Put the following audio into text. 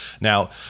Now